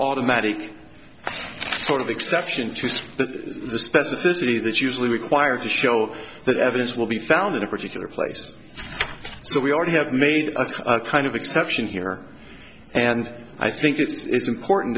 automatic sort of exception to that the specificity that usually required to show that evidence will be found in a particular place so we already have made a kind of exception here and i think it's important